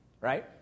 right